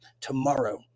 tomorrow